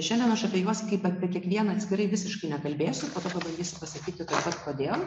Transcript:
šiandien aš apie juos kaip apie kiekvieną atskirai visiškai nekalbėsiu pabandysiu pasakyti tuoj pat kodėl